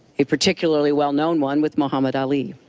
a particularly well-known one with muhammad ali.